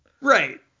right